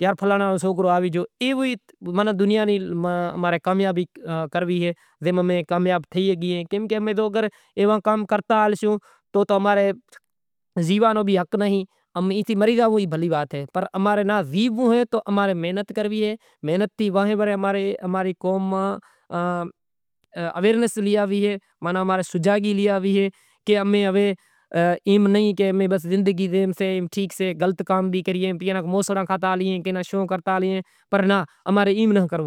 یار فلانڑے نو سوکرو آوی گیو تو جیوو کر امیں محنت نتھی کریا تو ایم ئی مری زائوں تو بھلی وات اے۔ تو ہیک صحیح ٹھایو تو اینے بھی مطعمن کراں ایوا ایوا گراہک تو ڈینہں میں تو کئی آویں کو ایوا بھی آویں کو چریا بھی آویں تو چیوا بھی آویں۔ ائیں ایوا ایوا گراہک آویں کو الٹر گاڈی بھی ٹھراو آویں چیوا کو چیوا تو اینے کرے ہر گاڈی ٹھاوی پڑے، گاڈیوں بھی زام تھے گیوں تو مستری بھی زام تھے گیا۔ ہر کا ماناں جام دکان تھے گیا کام تو صحیح تھے گیا گھرے بھی کام